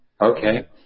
Okay